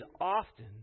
often